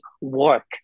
work